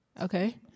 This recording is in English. Okay